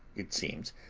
it seems,